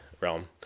realm